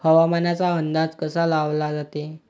हवामानाचा अंदाज कसा लावला जाते?